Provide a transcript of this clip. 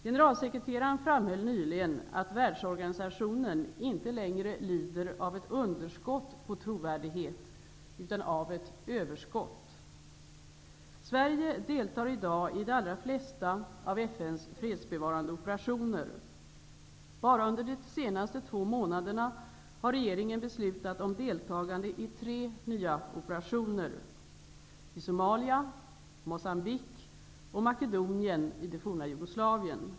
Generalsekreteraren framhöll nyligen att världsorganisationen inte längre lider av ett underskott på trovärdighet utan av ett överskott. Sverige deltar i dag i de allra flesta av FN:s fredsbevarande operationer. Bara under de senaste två månaderna har regeringen beslutat om deltagande i tre nya operationer: i Somalia, Jugoslavien.